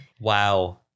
wow